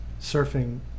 surfing